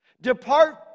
Depart